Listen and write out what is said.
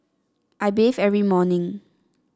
I bathe every morning